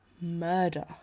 murder